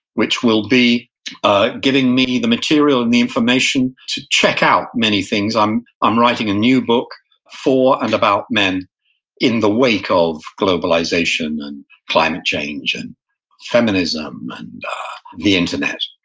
which will be giving me the material and the information to check out many things. i'm i'm writing a new book for and about men in the wake of globalization and climate change and feminism and the internet,